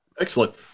Excellent